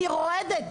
אני רועדת.